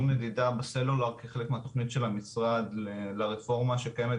נדידה בסלולר כחלק מהתוכנית של המשרד לרפורמה שקיימת